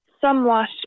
somewhat